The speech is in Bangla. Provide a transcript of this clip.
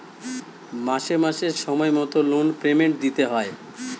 মাসে মাসে সময় মতো লোন পেমেন্ট দিতে হয়